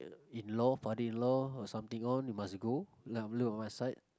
in-law father-in-law or something on must go